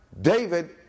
David